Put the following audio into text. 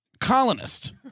colonist